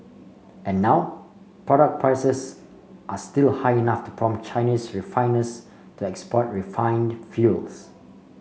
and now product prices are still high enough to prompt Chinese refiners to export refined fuels